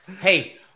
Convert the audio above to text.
Hey